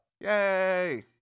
Yay